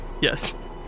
Yes